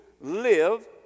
live